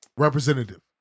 Representative